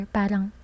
parang